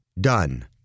Done